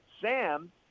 Sam